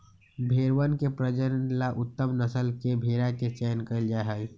भेंड़वन के प्रजनन ला उत्तम नस्ल के भेंड़ा के चयन कइल जाहई